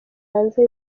hanze